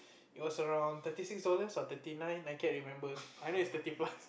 it was around thirty six dollars or thirty nine I can't remember I know it's thirty plus